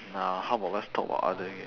nah how about let's talk about other game